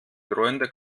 drohende